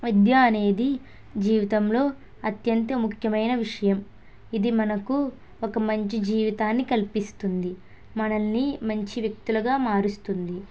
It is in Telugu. విద్యా అనేది జీవితంలో అత్యంత ముఖ్యమైన విషయం ఇది మనకు ఒక మంచి జీవితాన్ని కల్పిస్తుంది మనల్ని మంచి వ్యక్తులుగా మారుస్తుంది